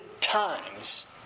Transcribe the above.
times